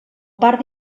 part